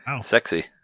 Sexy